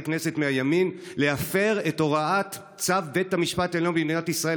כנסת מהימין: להפר את הוראת צו בית המשפט העליון במדינת ישראל.